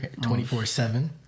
24-7